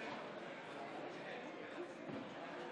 לפיכך אני קובע כי הצעת חוק התקציב לשנת הכספים 2022,